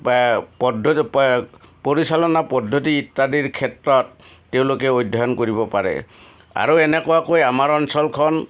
পৰিচালনা পদ্ধতিৰ ইত্যাদিৰ ক্ষেত্ৰত তেওঁলোকে অধ্যয়ন কৰিব পাৰে আৰু এনেকুৱাকৈ আমাৰ অঞ্চলখন